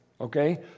Okay